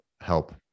help